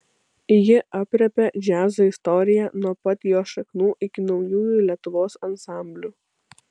ji aprėpia džiazo istoriją nuo pat jo šaknų iki naujųjų lietuvos ansamblių